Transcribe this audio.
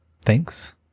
Thanks